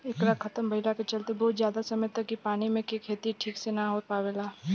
एकरा खतम भईला के चलते बहुत ज्यादा समय तक इ पानी मे के खेती ठीक से ना हो पावेला